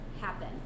happen